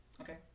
Okay